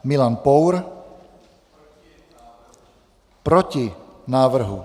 Milan Pour: Proti návrhu.